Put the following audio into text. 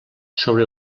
sobre